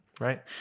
Right